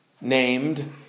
named